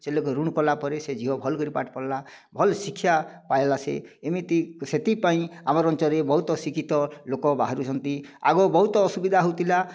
ସେ ଲୋକ ଋଣ କଲାପରେ ସେ ଝିଅ ଭଲ କରି ପାଠ ଭଲ ଶିକ୍ଷା ପାଇଲା ସେ ଏମିତି ସେଇଥିପାଇଁ ଆମର ଅଞ୍ଚଳରେ ବହୁତ ଶିକ୍ଷିତ ଲୋକ ବାହାରୁଛନ୍ତି ଆଗରୁ ବହୁତ ଅସୁବିଧା ହଉଥିଲା